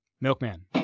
milkman